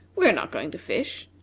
we are not going to fish!